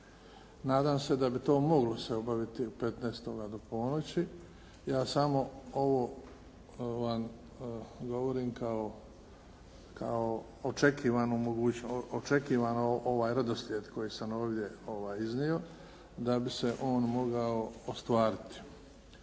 Nadam se da bi to moglo se obaviti 15. do ponoći. Ja samo ovo vam govorim kao očekivan redoslijed koji sam ovdje iznio da bi se on mogao ostvariti.